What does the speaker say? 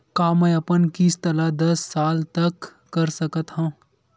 का मैं अपन किस्त ला दस साल तक कर सकत हव?